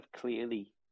clearly